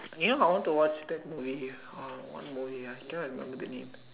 you know I want to watch that movie with uh what movie ah I cannot remember the name